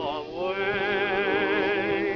away